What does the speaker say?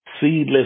Seedless